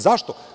Zašto?